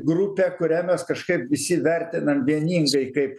grupė kurią mes kažkaip visi vertinam vieningai kaip